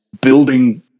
building